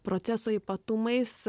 proceso ypatumais